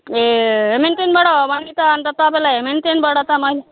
ए हेमिल्टनबाट हो भने अन्त तपाईँलाई हेमिल्टनबाट त मैले